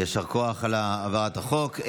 ויישר כוח על העברת החוק.